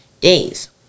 days